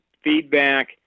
feedback